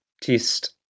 test